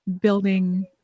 building